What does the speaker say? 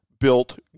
Built